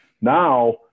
now